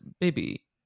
baby